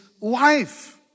life